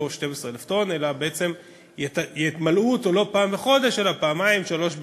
12,000 טונות אלא ימלאו אותו לא פעם בחודש אלא פעמיים-שלוש בחודש.